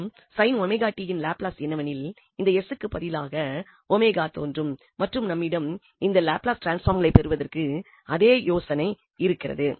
மற்றும் இன் லாப்லஸ் என்னவெனில் இந்த s க்கு பதிலாக தோன்றும் மற்றும் நம்மிடம் இந்த லாப்லஸ் டிரான்ஸ்பாம்களை பெறுவதற்கு அதே யோசனை இருக்கிறது